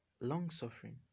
Long-suffering